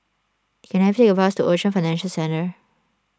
can I take a bus to Ocean Financial Centre